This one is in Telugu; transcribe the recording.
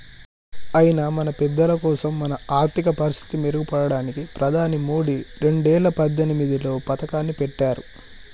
అయినా మన పెద్దలకోసం మన ఆర్థిక పరిస్థితి మెరుగుపడడానికి ప్రధాని మోదీ రెండేల పద్దెనిమిదిలో పథకాన్ని పెట్టారు